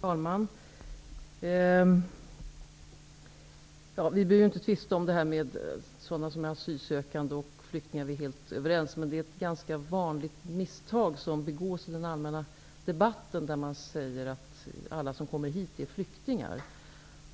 Fru talman! Vi behöver inte tvista om vilka som är asylsökande och vilka som är flyktingar -- vi är helt överens om det. Ett ganska vanligt misstag i den allmänna debatten är att det sägs att alla som kommer hit är flyktingar